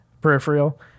peripheral